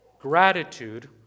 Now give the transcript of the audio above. Gratitude